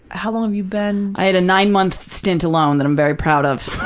how long have you been. i had a nine month stint alone that i'm very proud of.